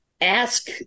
ask